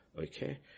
okay